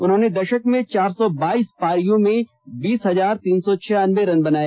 उन्होंने दशक में चार सौ बाइस पारियों में बीस हजार तीन सौ छियानब्बे रन बनाए